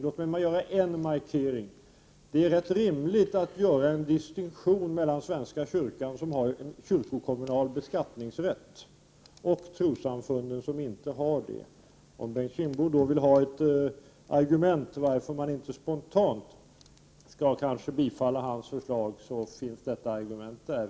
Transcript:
Låt mig göra bara en markering: det är rätt rimligt att göra en distinktion mellan svenska kyrkan som har kyrkokommunal beskattningsrätt och trossamfunden som inte har sådan. Om Bengt Kindbom vill ha ett argument för att vi inte spontant skall bifalla hans förslag, så är det det som är argumentet.